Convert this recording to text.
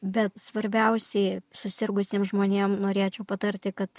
bet svarbiausiai susirgusiem žmonėm norėčiau patarti kad